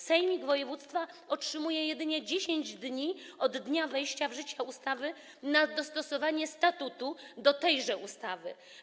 Sejmik województwa ma jedynie 10 dni od dnia wejścia w życie ustawy na dostosowanie statutu do tejże ustawy.